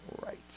Right